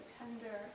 tender